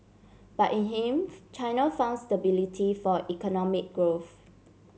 but in him China founds stability for economic growth